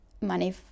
money